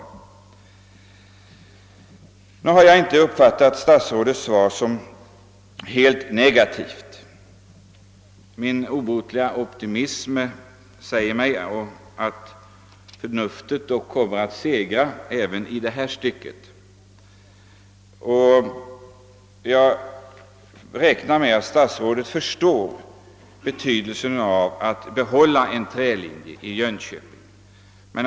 Jag har inte uppfattat statsrådets svar som helt negativt. Min obotliga optimism säger mig att förnuftet dock kommer att segra även i detta stycke. Jag räknar med att statsrådet förstår betydelsen av att behålla en trälinje i Jönköping.